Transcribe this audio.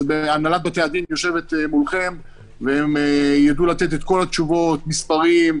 אז הנהלת בתי הדין יושבת מולכם והם ידעו לתת את כל התשובות מספרים,